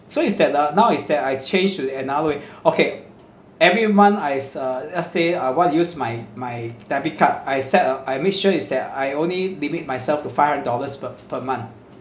so is that ah now is that I changed to another way okay every month I s~ uh say I want use my my debit card I set uh I make sure is that I only limit myself to five hundred dollars per per month